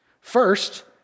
First